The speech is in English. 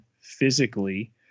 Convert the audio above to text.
physically